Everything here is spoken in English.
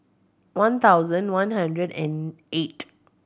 one thousand one hundred and eight